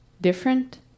different